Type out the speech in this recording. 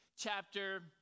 chapter